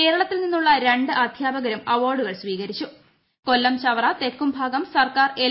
കേരളത്തിൽ നിന്നുള്ള രണ്ട് അധ്യാപകരും അവാർഡുകൾ കൊല്ലം ചവറ തെക്കുംഭാഗം സർക്കാർ സ്വീകരിച്ചു